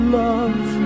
love